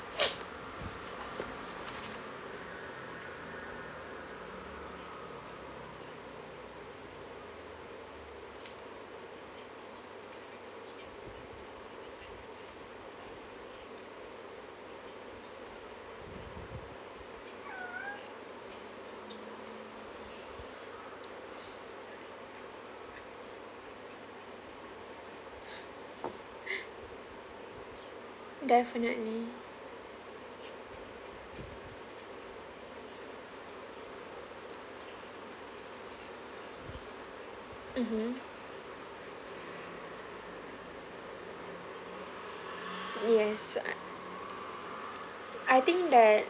definitely mmhmm yes I think that